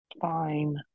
Fine